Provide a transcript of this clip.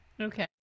okay